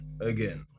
again